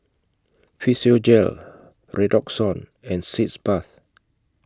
Physiogel Redoxon and Sitz Bath